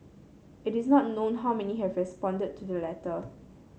it is not known how many have responded to the letter